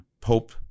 Pope